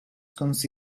konusu